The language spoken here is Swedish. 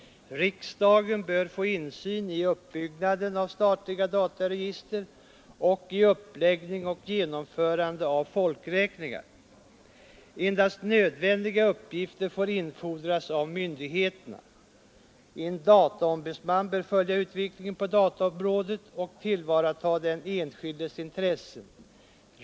Riksdagen bör få insyn i uppbyggnaden av statliga dataregister och i uppläggning och genomförande av folkräkningar. Endast nödvändiga uppgifter får infordras av myndigheterna. En dataombudsman bör följa utvecklingen på dataområdet och tillvarata den enskildes intressen.